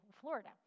Florida